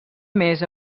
més